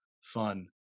fun